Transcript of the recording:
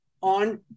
on